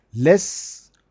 Less